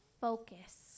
Focus